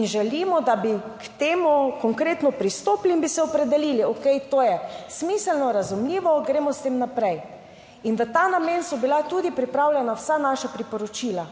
in želimo, da bi k temu konkretno pristopili in bi se opredelili, okej, to je smiselno, razumljivo, gremo s tem naprej. In v ta namen so bila tudi pripravljena vsa naša priporočila,